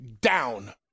down